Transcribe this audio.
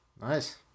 Nice